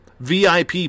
vip